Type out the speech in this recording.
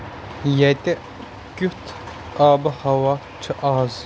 ییتِہ کِیُتھ آب وہوا چُھ آز ؟